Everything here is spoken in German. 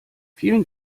vielen